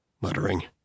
muttering